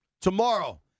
Tomorrow